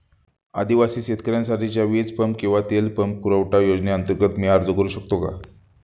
आदिवासी शेतकऱ्यांसाठीच्या वीज पंप किंवा तेल पंप पुरवठा योजनेअंतर्गत मी अर्ज करू शकतो का?